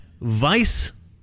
Vice